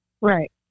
Right